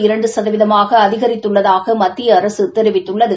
இரண்டு சதவீதமாக அதிகரித்துள்ளதாக மத்திய அரசு தெரிவித்துள்ளது